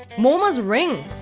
moma's ring,